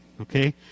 Okay